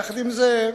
יחד עם זה,